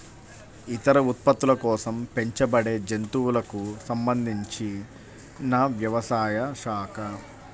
ఇతర ఉత్పత్తుల కోసం పెంచబడేజంతువులకు సంబంధించినవ్యవసాయ శాఖ